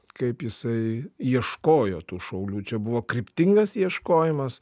kaip jisai ieškojo tų šaulių čia buvo kryptingas ieškojimas